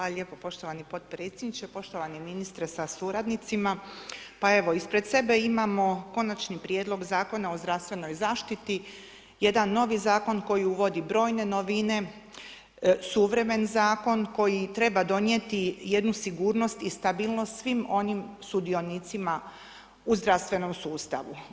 Hvala lijepo poštovani potpredsjedniče, poštovani ministre sa suradnicima, evo, ispred sebe imamo konačni prijedlog zakona o zdravstvenoj zaštiti, jedan novi zakon koji uvodi brojne novine, suvremen zakon koji treba donijeti jednu sigurnost i stabilnost svim onim sudionicima u zdravstvenom sustavu.